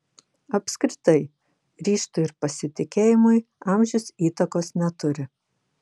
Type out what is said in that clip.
apskritai ryžtui ir pasitikėjimui amžius įtakos neturi